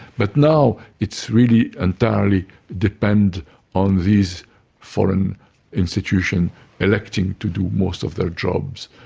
but now it's really entirely dependent on these foreign institutions electing to do most of their jobs,